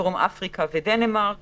דרום אפריקה ודנמרק